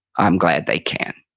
i'm glad they can.